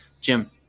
Jim